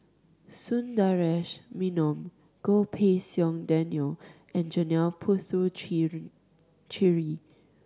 Sundaresh Menon Goh Pei Siong Daniel and Janil cheary